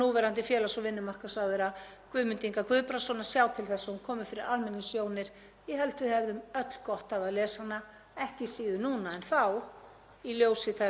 í ljósi þess sem við erum að ganga í gegnum núna í verðbólgu og brjálæðislegum ofurvöxtum sem kannski eiga sinar skýringar m.a. í